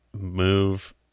move